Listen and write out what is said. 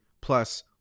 plus